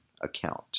account